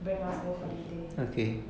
bring us go holiday